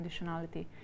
conditionality